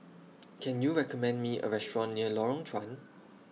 Can YOU recommend Me A Restaurant near Lorong Chuan